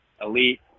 elite